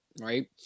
right